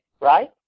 Right